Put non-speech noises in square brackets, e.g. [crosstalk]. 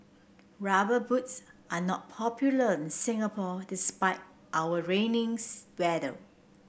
rubber boots are not popular in Singapore despite our rainy [unintelligible] weather